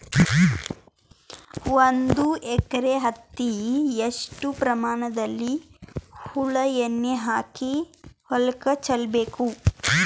ಒಂದು ಎಕರೆ ಹತ್ತಿ ಎಷ್ಟು ಪ್ರಮಾಣದಲ್ಲಿ ಹುಳ ಎಣ್ಣೆ ಹಾಕಿ ಹೊಲಕ್ಕೆ ಚಲಬೇಕು?